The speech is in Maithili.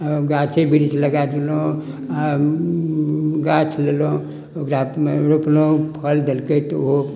गाछे बृक्ष लगा देलहुॅं आ गाछ लेलहुॅं ओकरा रोपलहुॅं फल देलकै तऽ ओ